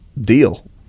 Deal